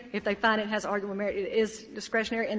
if they find it has arguable merit, it is discretionary. and